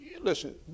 listen